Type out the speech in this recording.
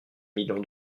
millions